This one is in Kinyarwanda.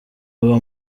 aba